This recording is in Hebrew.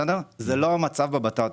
זה לא המצב בבטטות.